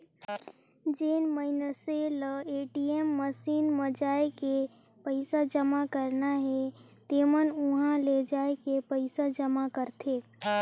जेन मइनसे ल ए.टी.एम मसीन म जायके पइसा जमा करना हे तेमन उंहा ले जायके पइसा जमा करथे